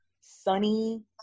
sunny